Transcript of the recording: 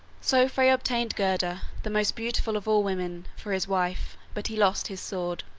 so frey obtained gerda, the most beautiful of all women, for his wife, but he lost his sword.